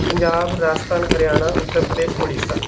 Punjab Rajasthan Haryana Uttar Pradesh Orissa